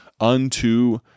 unto